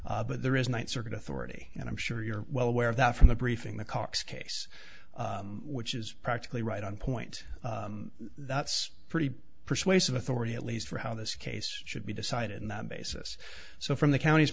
context but there is ninth circuit authority and i'm sure you're well aware of that from the briefing the cox case which is practically right on point that's pretty persuasive authority at least for how this case should be decided on that basis so from the counties